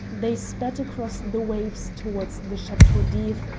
they sped across the waves towards the chateau d'if,